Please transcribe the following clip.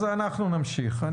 אנחנו נמשיך.